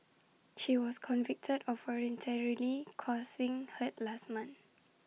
she was convicted of voluntarily causing hurt last month